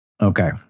Okay